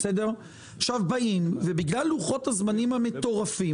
עכשיו באים ובגלל לוחות הזמנים המטורפים